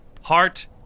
Heart